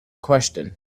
question